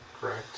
correct